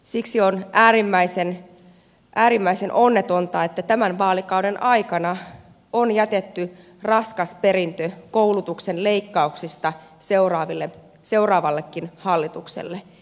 siksi on äärimmäisen onnetonta että tämän vaalikauden aikana on jätetty raskas perintö koulutuksen leikkauksista seuraavallekin hallitukselle